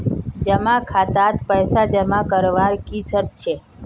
जमा खातात पैसा जमा करवार की शर्त छे?